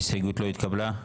ההסתייגות לא התקבלה.